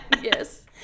yes